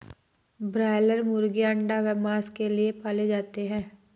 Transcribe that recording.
broiler मुर्गीयां अंडा व मांस के लिए पाले जाते हैं